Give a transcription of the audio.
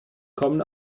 kommen